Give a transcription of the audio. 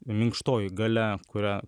minkštoji galia kurią